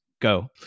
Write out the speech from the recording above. go